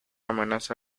amenaza